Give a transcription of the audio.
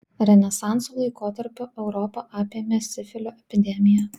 renesanso laikotarpiu europą apėmė sifilio epidemija